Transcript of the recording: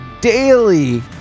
daily